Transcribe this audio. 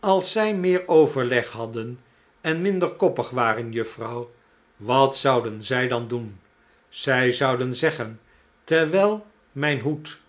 als zij meer overleg hadden en minder koppig waren juffrouw wat zouden zij dan doen zij zouden zeggen terwijl mijn hoed